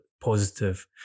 positive